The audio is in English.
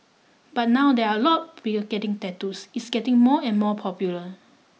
but now there are a lot of getting tattoos it's getting more and more popular